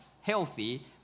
healthy